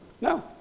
No